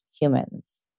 humans